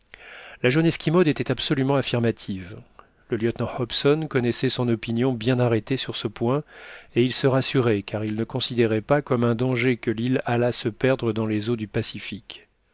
la jeune esquimaude était absolument affirmative le lieutenant hobson connaissait son opinion bien arrêtée sur ce point et il se rassurait car il ne considérait pas comme un danger que l'île allât se perdre dans les eaux du pacifique